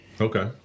Okay